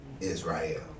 Israel